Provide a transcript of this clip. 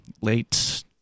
late